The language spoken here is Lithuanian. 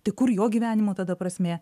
tai kur jo gyvenimo tada prasmė